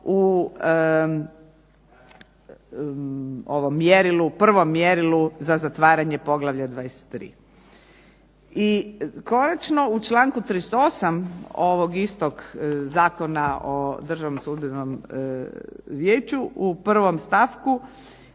prvom mjerilu za zatvaranje poglavlja 23. I konačno, u članku 38. ovog istog Zakona o Državnom sudbenom vijeću u 1. stavku